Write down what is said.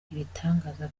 ibitangaza